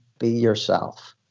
be yourself.